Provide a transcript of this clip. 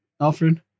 Alfred